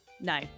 No